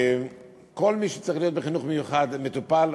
כל מי שצריך להיות בחינוך מיוחד, מטופל.